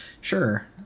Sure